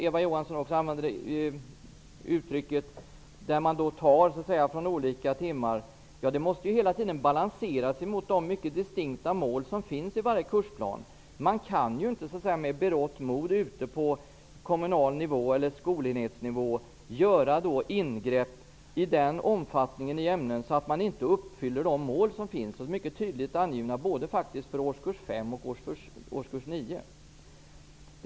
Eva Johansson talade om ''ingreppen'' när man tar timmar från olika ämnen. Detta måste hela tiden balanseras mot de mycket distinkta målen i varje kursplan. Man kan inte med berått mod på kommunal nivå eller på skolenhetsnivå göra ingrepp i ämnen i den omfattningen att målen inte uppfylls, som ju är mycket tydligt angivna för både årskurs 5 och årskurs 9.